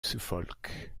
suffolk